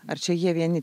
ar čia jie vieni